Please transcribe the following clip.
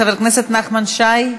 חבר הכנסת נחמן שי,